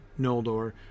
Noldor